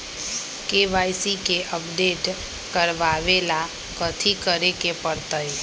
KYC के update करवावेला कथि करें के परतई?